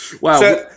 Wow